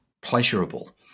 pleasurable